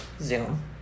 Zoom